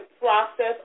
process